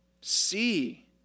see